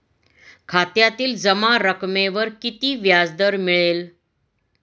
खात्यातील जमा रकमेवर किती व्याजदर मिळेल?